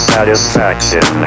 Satisfaction